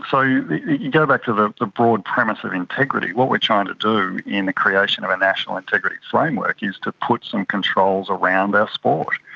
so you go back to the the broad premise of integrity. what we're trying to do in the creation of a national integrity framework is to put some controls around our sport.